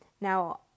Now